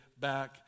back